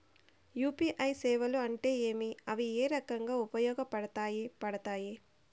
UPI సేవలు అంటే ఏమి, అవి ఏ రకంగా ఉపయోగపడతాయి పడతాయి?